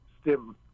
stim